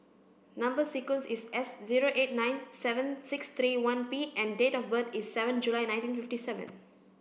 number sequence is S zero eight nine seven six three one P and date of birth is seven July nineteen fifty seven